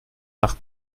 nach